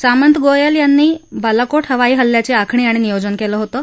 सामंत गोयल यांनी बालाको हवाई हल्ल्याची आखणी आणि नियोजन केलं होतं